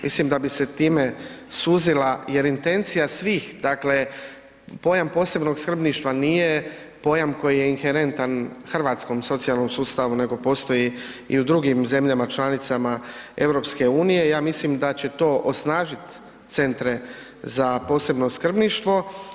Mislim da bi se time suzila … svih, dakle pojam posebnog skrbništva nije pojam koji je inherentan hrvatskom socijalnom sustavu nego postoji i u drugim zemljama članicama EU i ja mislim da će to osnažiti centre za posebno skrbništvo.